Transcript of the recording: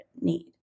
need